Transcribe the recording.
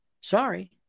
sorry